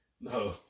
No